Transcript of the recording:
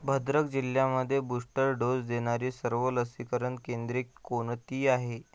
भद्रक जिल्ह्यामध्ये booster dose देणारी सर्व लसीकरण केंद्रे कोणती आहेत